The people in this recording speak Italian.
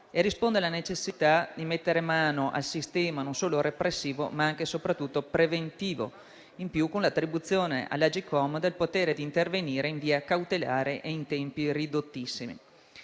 e risponde alla necessità di mettere mano al sistema non solo repressivo, ma anche e soprattutto preventivo, in più con l'attribuzione all'Agcom del potere di intervenire in via cautelare e in tempi ridottissimi.